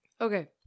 Okay